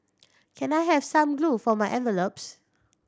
can I have some glue for my envelopes